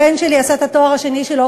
הבן שלי עשה את התואר השני שלו